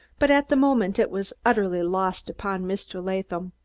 but at the moment it was utterly lost upon mr. latham.